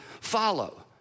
follow